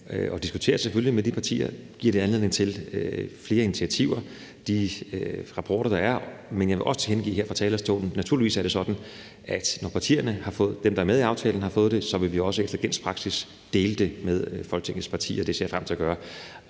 de rapporter, der er, giver anledning til flere initiativer. Men jeg vil også tilkendegive her fra talerstolen, at det naturligvis er sådan, at når de partier, der er med i aftalen, har fået det, vil vi også efter gængs praksis dele det med Folketingets partier, og det ser jeg frem til at gøre.